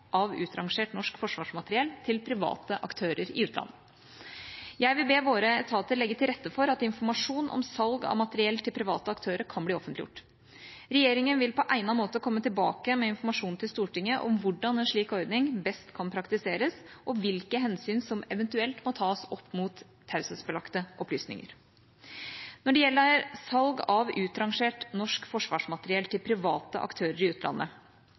av utrangert norsk forsvarsmateriell til private aktører i utlandet. Jeg vil be våre etater legge til rette for at informasjon om salg av materiell til private aktører kan bli offentliggjort. Regjeringa vil på egnet måte komme tilbake med informasjon til Stortinget om hvordan en slik ordning best kan praktiseres og hvilke hensyn som eventuelt må tas, opp mot taushetsbelagte opplysninger. Når det gjelder salg av utrangert norsk forsvarsmateriell til private aktører i utlandet,